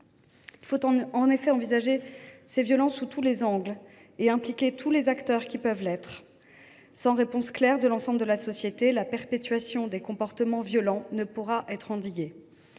il convient d’envisager ces violences sous tous les angles et d’impliquer tous les acteurs concernés. Sans réponse claire de l’ensemble de la société, la perpétuation des comportements violents ne pourra être endiguée.